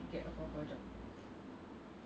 in the end 他们赚了更多钱啊 so